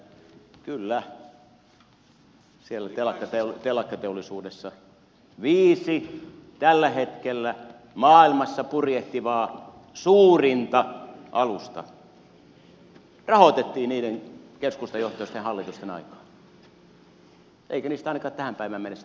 kyllä siellä telakkateollisuudessa viisi suurinta tällä hetkellä maailmassa purjehtivaa alusta rahoitettiin niiden keskustajohtoisten hallitusten aikaan eikä niistä ainakaan tähän päivään mennessä ole tappiota tullut